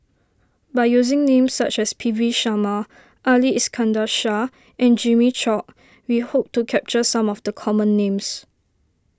by using names such as P V Sharma Ali Iskandar Shah and Jimmy Chok we hope to capture some of the common names